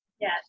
yes